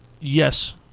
yes